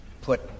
put